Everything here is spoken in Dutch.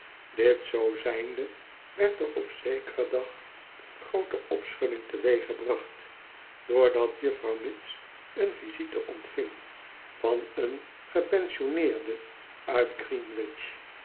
dit zoo zijnde werd er op zekeren dag een groote opschudding teweeggebracht doordat juffrouw mitts een visite ontving van een gepensioneerde uit